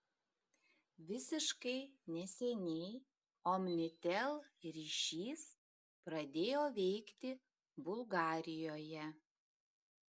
visiškai neseniai omnitel ryšis pradėjo veikti bulgarijoje